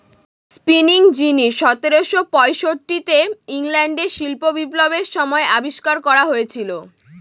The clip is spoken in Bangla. স্পিনিং জিনি সতেরোশো পয়ষট্টিতে ইংল্যান্ডে শিল্প বিপ্লবের সময় আবিষ্কার করা হয়েছিল